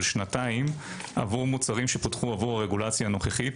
שנתיים עבור מוצרים שפותחו עבור הרגולציה הנוכחית.